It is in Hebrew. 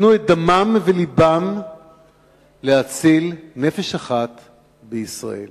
נתנו את דמם ולבם להציל נפש אחת בישראל.